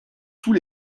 tous